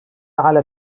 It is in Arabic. على